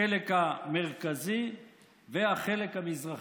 החלק המרכזי והחלק המזרחי.